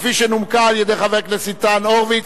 כפי שנומקה על-ידי חבר הכנסת ניצן הורוביץ,